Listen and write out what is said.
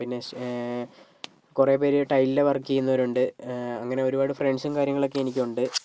പിന്നെ കുറേപ്പേരു ടൈലിൻ്റെ വർക്ക് ചെയ്യുന്നവരുണ്ട് അങ്ങനെ ഒരുപാട് ഫ്രണ്ട്സും കാര്യങ്ങളൊക്കെ എനിക്കുണ്ട്